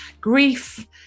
grief